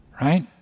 right